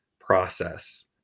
process